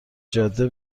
جاده